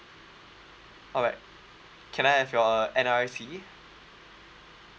alright can I have your N_R_I_C